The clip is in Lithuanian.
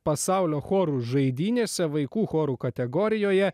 pasaulio chorų žaidynėse vaikų chorų kategorijoje